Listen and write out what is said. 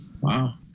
Wow